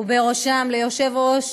ובראשם ליושב-ראש